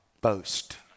boast